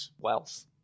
wealth